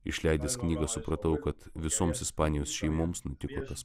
išleidęs knygą supratau kad visoms ispanijos šeimoms nutiko tas